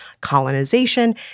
colonization